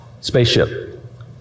spaceship